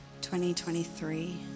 2023